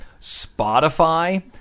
Spotify